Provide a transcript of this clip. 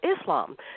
Islam